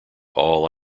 all